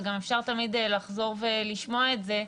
וגם אפשר תמיד לחזור לשמוע את זה.